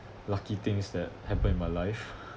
lucky things that happen in my life